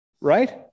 right